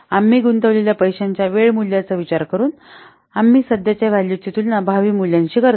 आम्ही गुंतवलेल्या पैशांच्या वेळ मूल्याचा विचार करून आम्ही सध्याच्या व्हॅल्यूची तुलना भावी मूल्यांशी करतो